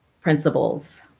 principles